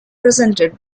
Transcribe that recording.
presented